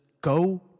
go